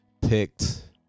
picked